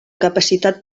capacitat